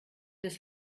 des